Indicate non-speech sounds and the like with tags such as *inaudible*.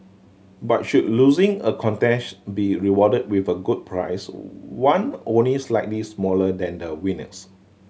but should losing a contest be rewarded with a good prize *unintelligible* one only slightly smaller than the winner's